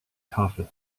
tafel